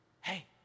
Hey